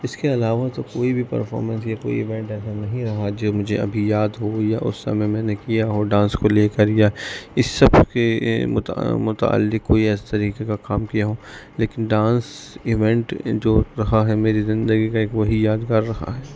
اس کے علاوہ تو کوئی بھی پرفارمینس یا کوئی ایونٹ ایسا نہیں رہا جو مجھے ابھی یاد ہو یا اس سمئے میں نے کیا ہو ڈانس کو لے کر یا اس سب کے متعلق کوئی ایس طریقے کا کام کیا ہو لیکن ڈانس ایونٹ جو رہا ہے میری زندگی کا ایک وہی یادگار رہا ہے